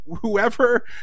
whoever